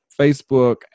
Facebook